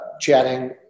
chatting